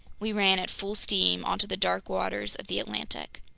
we ran at full steam onto the dark waters of the atlantic.